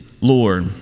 Lord